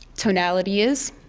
tonality is,